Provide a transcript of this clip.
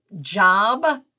job